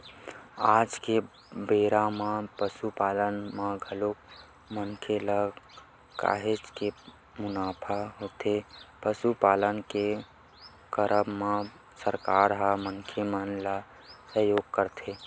आज के बेरा म पसुपालन म घलोक मनखे ल काहेच के मुनाफा होथे पसुपालन के करब म सरकार ह मनखे मन ल सहयोग करथे